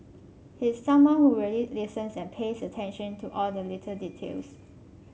he's someone who really listens and pays attention to all the little details